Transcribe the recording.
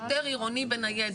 שוטר עירוני בניידת.